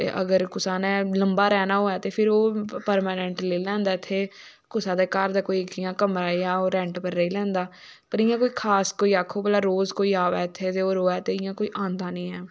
तो अगर कुसै ने लम्बा रैह्ना होऐ ते फिर ओह् परमानैंट लेई लैंदा ओह् कुसै दे घर दा कोई इयां कमरा जां ओह् रैंट पर रेही लैंदा पर इयां कोई खास कोई आखो रोज़ कोई आवै ते ओह् रवै इयां कोई आंदा नी ऐ